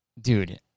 Dude